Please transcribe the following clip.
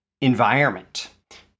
environment